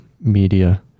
media